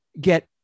get